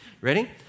ready